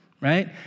right